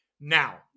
Now